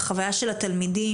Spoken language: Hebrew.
בחוויה של התלמידים,